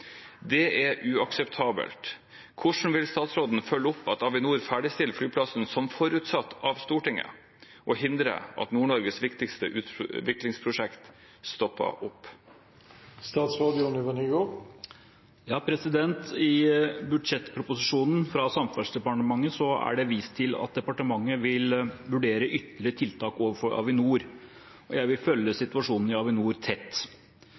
Dette er uakseptabelt. Hvordan vil statsråden følge opp at Avinor ferdigstiller flyplassen som forutsatt av Stortinget og hindrer at Nord-Norges viktigste utviklingsprosjekt stopper opp?» I budsjettproposisjonen fra Samferdselsdepartementet er det vist til at departementet vil vurdere ytterligere tiltak overfor Avinor. Jeg vil følge situasjonen ved Avinor tett.